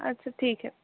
اچھا ٹھیک ہے